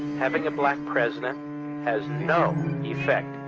having a black president has no effect,